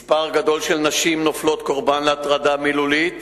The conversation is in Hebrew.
מספר גדול של נשים נופלות קורבן להטרדה מילולית